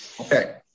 Okay